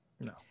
No